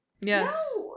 Yes